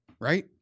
Right